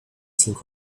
情况